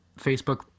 Facebook